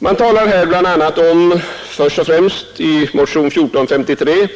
I motionen 1453 talas